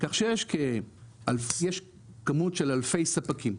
כך שיש כמות של אלפי ספקים.